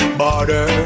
border